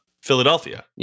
Philadelphia